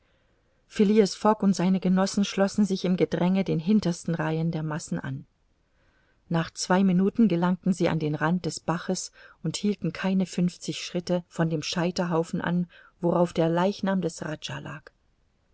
fogg und seine genossen schlossen sich im gedränge den hintersten reihen der masse an nach zwei minuten gelangten sie an den rand des baches und hielten keine fünfzig schritte von dem scheiterhaufen an worauf der leichnam des rajah lag